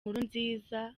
nkurunziza